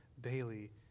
daily